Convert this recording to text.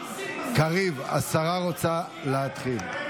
קריב, השרה רוצה להתחיל.